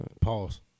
Pause